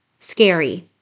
scary